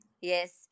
Yes